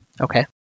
Okay